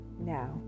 Now